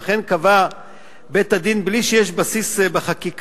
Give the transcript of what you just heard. ואכן, קבע בית-הדין, בלי שיש בסיס בחקיקה,